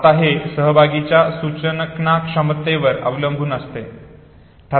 आता हे सहभागीच्या सूचन क्षमतेवर अवलंबून असते